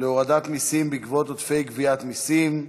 להורדת מסים בעקבות עודפי גביית מסים,